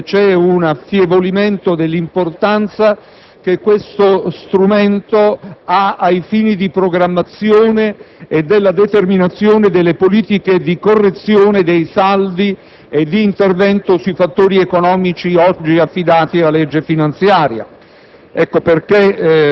Sappiamo anche che c'è un affievolimento dell'importanza che questo strumento riveste ai fini di una programmazione e determinazione delle politiche di correzione dei saldi e di intervento sui fattori economici oggi affidati alla legge finanziaria.